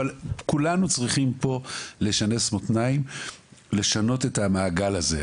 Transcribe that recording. אבל כולנו צריכים פה לשנס מותניים ולשנות את המעגל הזה.